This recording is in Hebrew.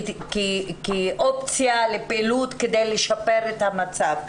כאופציה לפעילות כדי לשפר את המצב.